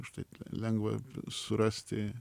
už tai lengva surasti